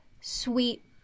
sweet